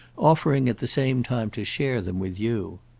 offering at the same time to share them with you.